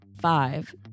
Five